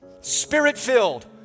Spirit-filled